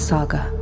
Saga